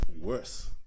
worse